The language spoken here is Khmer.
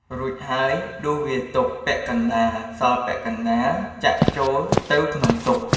រួចហើយដួសវាទុក ពាក់កណ្តាល សល់ពាក់កណ្តាល ចាក់ចូលទៅក្នុងស៊ុប។